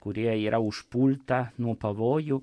kurie yra užpulta nuo pavojų